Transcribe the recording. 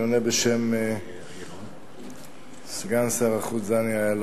אני עונה בשם סגן שר החוץ דני אילון.